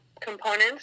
components